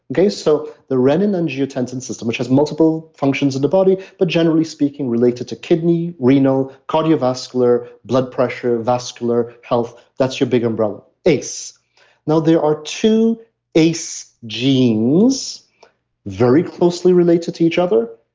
okay so the renin angiotensin system which has multiple functions of the body, but generally speaking related to kidney, renal, cardiovascular, blood pressure, vascular health, that's your big umbrella, ace now there are two ace genes very closely related to each other,